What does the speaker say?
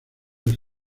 les